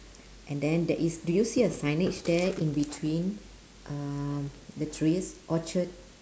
and then there is do you see a signage there in between um the trees orchard